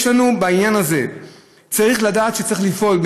בעניין הזה צריך לדעת שצריך לפעול,